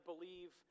believe